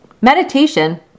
Meditation